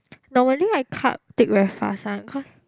normally I cut take very fast [one] cause